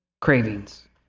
Cravings